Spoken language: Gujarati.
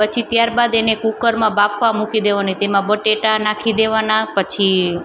પછી ત્યારબાદ એને કૂકરમાં બાફવા મૂકી દોને તેમાં બટેકા નાખી દેવાના પછી